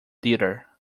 theater